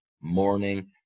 morning